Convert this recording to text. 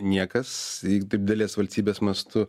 niekas jeigu taip didelės valstybės mastu